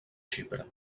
xipre